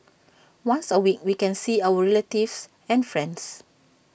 once A week we can see our relatives and friends